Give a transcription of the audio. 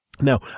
Now